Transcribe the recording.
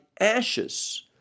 ashes